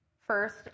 first